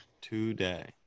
today